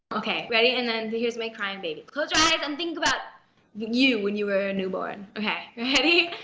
ok, ready, and then here's my crying baby close your eyes and think about you when you were a newborn. ok, ready?